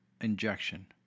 injection